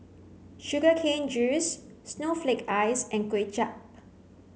sugar cane juice snowflake ice and Kuay Chap